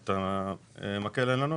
את המקל אין לנו,